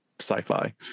sci-fi